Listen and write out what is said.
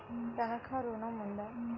తనఖా ఋణం ఉందా?